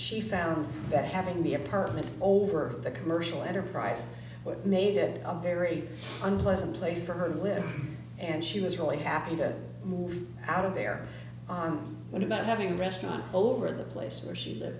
she found that having the apartment over the commercial enterprise what made it a very unpleasant place for her to live and she was really happy to move out of there on one of not having restaurant over the place where she live